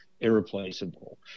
irreplaceable